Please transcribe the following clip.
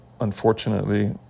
unfortunately